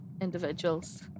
individuals